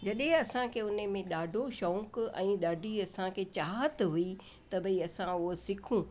जॾहिं असांखे हुने में ॾाढो शौक़ ऐं ॾाढी असांखे चाहत हुई त भई असां उहा सिखूं